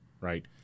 right